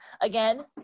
again